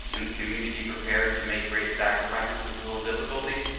and the community prepared to make great sacrifices with little difficulty?